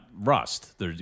rust